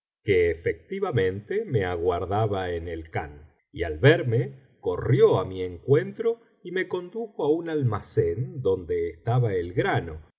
que efectivamente me aguardaba en el khan y al verme corrió á mi encuentro y me condujo á un almacén donde estaba el grano y